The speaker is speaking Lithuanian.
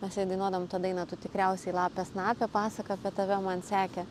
mes jai dainuodavom tą dainą tu tikriausiai lapė snapė pasaką apie tave man sekė